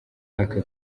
aka